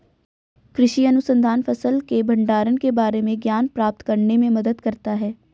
कृषि अनुसंधान फसल के भंडारण के बारे में ज्ञान प्राप्त करने में मदद करता है